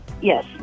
yes